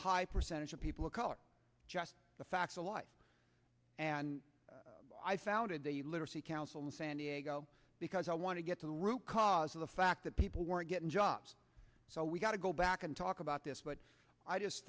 high percentage of people of color just the facts of life and i founded the literacy council in san diego because i want to get to the root cause of the fact that people weren't getting jobs so we got to go back and talk about this but i just